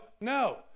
no